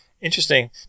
Interesting